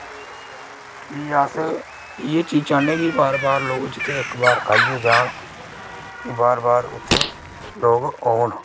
ते प्ही अस एह् चाह्न्ने कि जित्थै लोक इक बारी खाइयै जाह्न ते बार बार उत्थै लोक औन